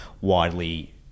widely